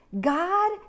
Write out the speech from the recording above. God